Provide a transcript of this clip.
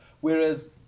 Whereas